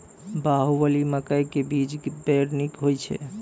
बाहुबली मकई के बीज बैर निक होई छै